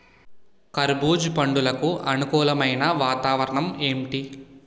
కర్బుజ పండ్లకు అనుకూలమైన వాతావరణం ఏంటి?